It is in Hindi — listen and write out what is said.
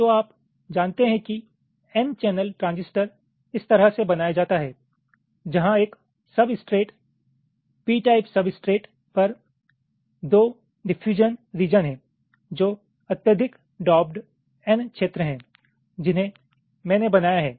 तो आप जानते हैं कि n चैनल ट्रांजिस्टर इस तरह से बनाया जाता है जहां एक सब्सट्रेट पी टाइप सब्सट्रेट पर दो डिफयूजन रिजन हैं जो अत्यधिक डॉप्ड n क्षेत्र हैं जिन्हें मैंने बनाया है